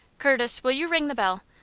curtis, will you ring the bell?